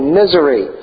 misery